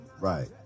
Right